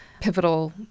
pivotal